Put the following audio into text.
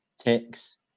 ticks